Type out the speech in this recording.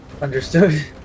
Understood